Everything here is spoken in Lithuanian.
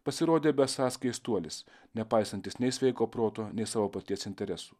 pasirodė besąs keistuolis nepaisantis nei sveiko proto nei savo paties interesų